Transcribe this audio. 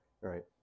Right